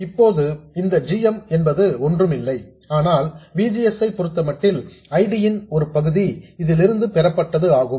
இப்போது இந்த g m என்பது ஒன்றுமில்லை ஆனால் V G S ஐ பொருத்தமட்டில் I D ன் ஒரு பகுதி இதிலிருந்து பெறப்பட்டது ஆகும்